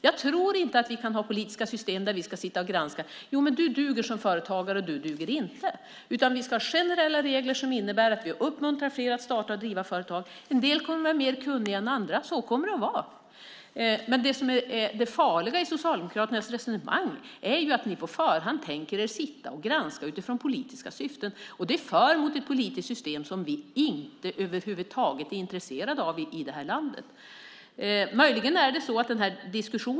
Jag tror inte att vi kan ha politiska system där vi ska sitta och granska människor genom att säga: Du duger som företagare, men du duger inte. I stället ska vi ha generella regler som innebär att vi uppmuntrar fler att starta och driva företag. En del kommer att vara mer kunniga än andra. Så kommer det att bli. Det farliga i Socialdemokraternas resonemang är att de på förhand ska sitta och granska utifrån politiska syften. Det för oss mot ett politiskt system som vi över huvud taget inte är intresserade av i det här landet.